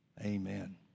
Amen